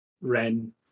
Ren